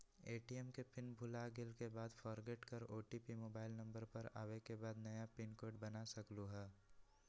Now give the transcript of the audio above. ATM के pin भुलागेल के बाद फोरगेट कर ओ.टी.पी मोबाइल नंबर पर आवे के बाद नया पिन कोड बना सकलहु ह?